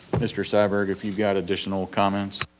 mr. syberg, if you've got additional comments.